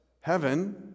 heaven